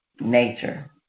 nature